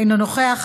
אינו נוכח,